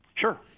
Sure